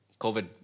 COVID